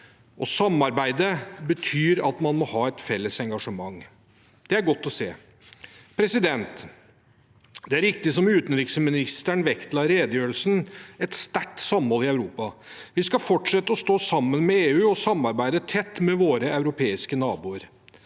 samarbeidet betyr at man må ha et felles engasjement. Det er godt å se. Det er riktig som utenriksministeren vektla i redegjørelsen, at det er et sterkt samhold i Europa. Vi skal fortsette å stå sammen med EU og samarbeide tett med våre europeiske naboer.